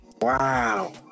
Wow